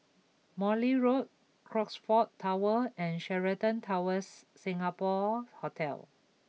Morley Road Crockfords Tower and Sheraton Towers Singapore Hotel